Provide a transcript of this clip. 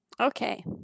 okay